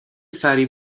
سریع